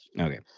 Okay